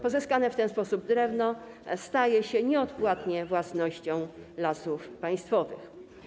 Pozyskane w ten sposób drewno staje się nieodpłatnie własnością Lasów Państwowych.